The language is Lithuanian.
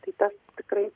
tai tas tikrai